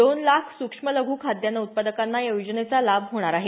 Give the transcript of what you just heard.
दोन लाख सुक्ष्म लघु खाद्यान्न उत्पादकांना या योजनेचा लाभ होईल